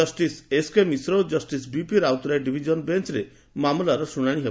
justice ଏସ୍କେମିଶ୍ର ଓ justice BP Routray division ବେଞରେ ମାମଲା ଶୁଶାଶି ହେବ